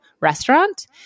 restaurant